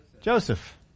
Joseph